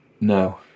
no